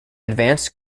advanced